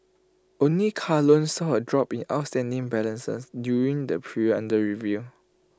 only car loans saw A drop in outstanding balances during the period under review